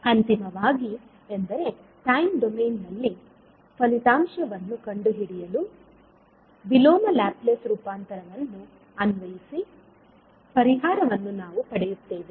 ಅಂತಿಮವಾಗಿ ಎಂದರೆ ಟೈಮ್ ಡೊಮೇನ್ನಲ್ಲಿ ಫಲಿತಾಂಶವನ್ನು ಕಂಡುಹಿಡಿಯಲು ವಿಲೋಮ ಲ್ಯಾಪ್ಲೇಸ್ ರೂಪಾಂತರವನ್ನು ಅನ್ವಯಿಸಿ ಪರಿಹಾರವನ್ನು ನಾವು ಪಡೆಯುತ್ತೇವೆ